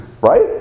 Right